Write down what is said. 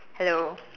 hello